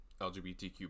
LGBTQ